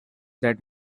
that